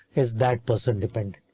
is that person dependent?